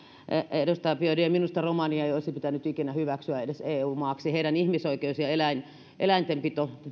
edustaja biaudet minusta romaniaa ei olisi pitänyt ikinä edes hyväksyä eu maaksi heidän ihmisoikeutensa ja eläintenpitonsa